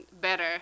better